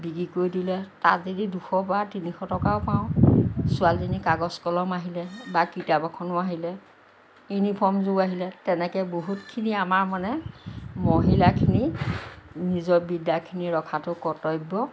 বিক্ৰী কৰি দিলে তাত যদি দুশ বা তিনিশ টকাও পাওঁ ছোৱালীজনীৰ কাগজ কলম আহিলে বা কিতাপ এখনো আহিলে ইউনিফৰ্মযোৰ আহিলে তেনেকৈ বহুতখিনি আমাৰ মানে মহিলাখিনিৰ নিজৰ বিদ্যাখিনি ৰখাটো কৰ্তব্য